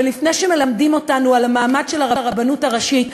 ולפני שמלמדים אותנו על המעמד של הרבנות הראשית,